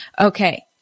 Okay